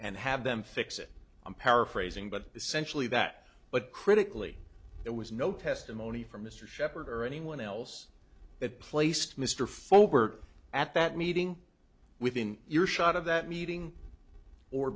and have them fix it i'm paraphrasing but essentially that but critically there was no testimony from mr sheppard or anyone else that placed mr forward at that meeting within earshot of that meeting or